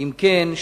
2. אם כן,